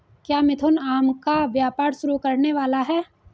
क्या मिथुन आम का व्यापार शुरू करने वाला है?